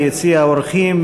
ביציע האורחים,